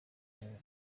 aba